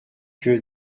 que